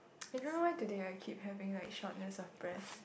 I don't know why today I keep having like shortness of breath